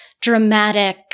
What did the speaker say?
dramatic